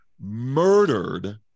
murdered